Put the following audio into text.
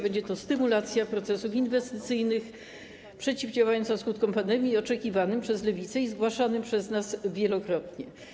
Będzie to stymulacja procesów inwestycyjnych przeciwdziałająca skutkom pandemii, kwestia oczekiwana przez Lewicę i zgłaszana przez nas wielokrotnie.